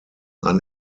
ein